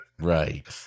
Right